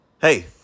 Hey